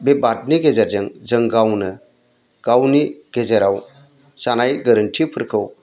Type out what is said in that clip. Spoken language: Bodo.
बे बादनि गेजेरजों जों गावनो गावनि गेजेराव जानाय गोरोन्थिफोरखौ